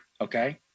Okay